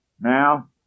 now